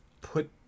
put